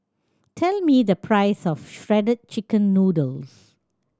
tell me the price of Shredded Chicken Noodles